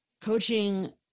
Coaching